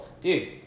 dude